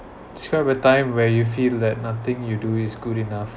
describe a time where you feel that nothing you do is good enough